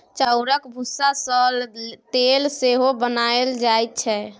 चाउरक भुस्सा सँ तेल सेहो बनाएल जाइ छै